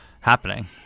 happening